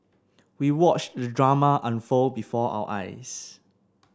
we watched the drama unfold before our eyes